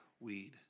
weed